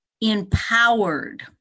empowered